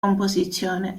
composizione